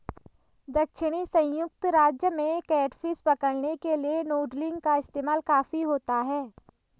दक्षिणी संयुक्त राज्य में कैटफिश पकड़ने के लिए नूडलिंग का इस्तेमाल काफी होता है